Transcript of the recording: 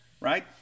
right